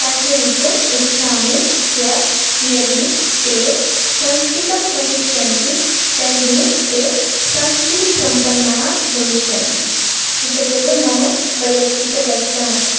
पाठयितुम् इच्छामि यत् यदि ते संस्कृतं पठिष्यन्ति तर्हि ते संस्कृतसम्पन्नाः भविष्यन्ति एतदेव मम वैयक्तिकलक्ष्यमस्ति